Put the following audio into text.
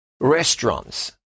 restaurants